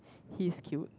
he's cute